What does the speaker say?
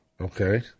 Okay